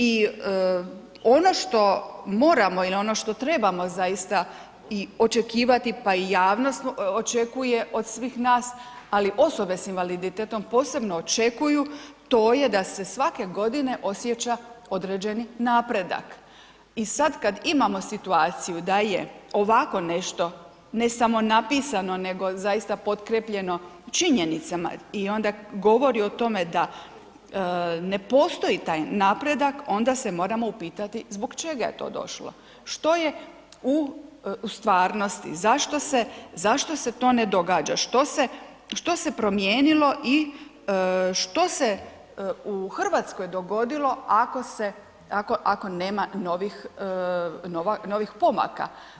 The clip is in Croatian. I ono što moramo ili ono što trebamo zaista i očekivati pa i javnost očekuje od svih nas, ali osobe sa invaliditetom posebno očekuju, to je da se svake godine osjeća određeni napredak i sad kad imamo situaciju da je ovako nešto ne samo napisano nego zaista potkrijepljeno činjenicama i onda govori o tome da ne postoji taj napredak, onda se moramo upitati zbog čega je to došlo, što je u stvarnosti, zašto se to ne događa, što se promijenilo i što se u Hrvatskoj dogodilo ako nema novih pomaka.